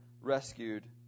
rescued